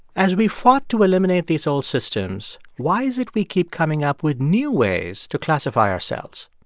as we fought to eliminate these old systems, why is it we keep coming up with new ways to classify ourselves?